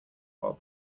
while